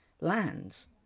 lands